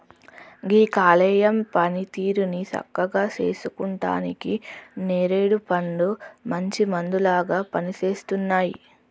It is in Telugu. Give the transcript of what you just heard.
గీ కాలేయం పనితీరుని సక్కగా సేసుకుంటానికి నేరేడు పండ్లు మంచి మందులాగా పనిసేస్తున్నాయి